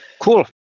Cool